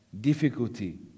difficulty